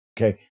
okay